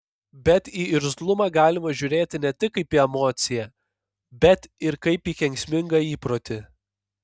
bet į irzlumą galima žiūrėti ne tik kaip į emociją bet ir kaip į kenksmingą įprotį